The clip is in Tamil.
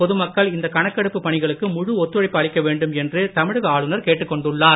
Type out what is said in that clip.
பொதுமக்கள் இந்த கணக்கெடுப்பு பணிகளுக்கு முழு ஒத்துழைப்பு அளிக்க வேண்டும் என்று தமிழக ஆளுநர் கேட்டுக்கொண்டுள்ளார்